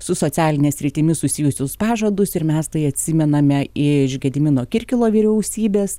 su socialine sritimi susijusius pažadus ir mes tai atsimename iš gedimino kirkilo vyriausybės